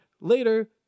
later